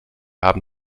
haben